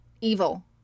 evil